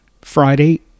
Friday